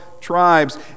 tribes